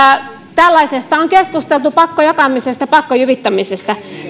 tällaisesta on keskusteltu pakkojakamisesta pakkojyvittämisestä